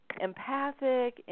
empathic